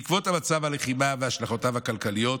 בעקבות מצב הלחימה והשלכותיו הכלכליות,